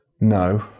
No